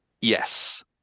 Yes